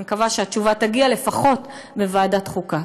אני מקווה שהתשובה תגיע לפחות בוועדת חוקה.